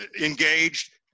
engaged